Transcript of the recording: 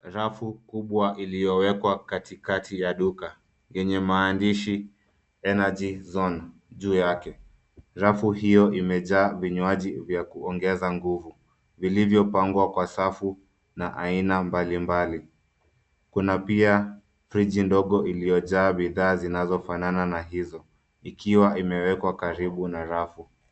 Rafu kubwa iliyowekwa katikati ya duka, yenye maandishi energy zone, juu yake. Rafu hiyo imejaa vinywaji vya kuongeza nguvu, vilivyopangwa kwa safu na aina mbalimbali. Kuna pia friji ndogo iliyojaa bidhaa zinazofanana na hizo. Ikiwa imewekwa karibu na rafu.